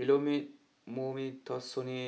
Elomet Mometasone